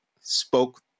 spoke